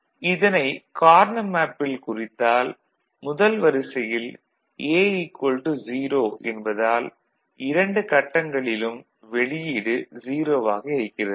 இதனை கார்னா மேப்பில் குறித்தால் முதல் வரிசையில் A 0 என்பதால் இரண்டு கட்டங்களிலும் வெளியீடு 0 ஆக இருக்கிறது